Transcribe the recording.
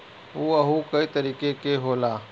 उअहू कई कतीके के होला